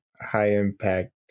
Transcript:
high-impact